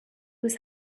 was